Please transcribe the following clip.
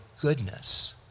goodness